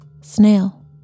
Snail